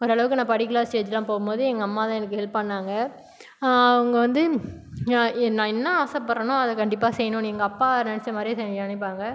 ஓரளவுக்கு நான் படிக்கலை ஸ்டேஜ்லாம் போகும்போது எங்கள் அம்மாதான் எனக்கு ஹெல்ப் பண்ணாங்க அவங்க வந்து நான் என்ன ஆசைப்படுறனோ அதை கண்டிப்பாக செய்யுனும்னு எங்கள் அப்பா நினச்சமாரியே செய் நினைப்பாங்க